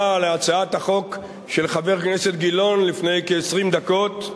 להצעת החוק של חבר הכנסת גילאון לפני כ-20 דקות,